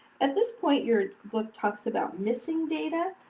and this point, your book talks about missing data,